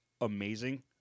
amazing